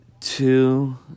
two